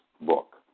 book